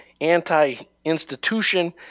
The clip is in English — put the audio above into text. anti-institution